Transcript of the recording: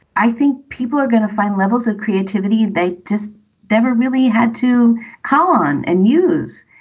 i think people are going to find levels of creativity. they just never really had to call on and use.